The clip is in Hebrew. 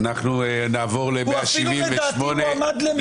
הוא אפילו, לדעתי, הועמד למשפט פלילי בשל כך.